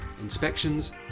inspections